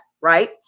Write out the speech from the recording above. right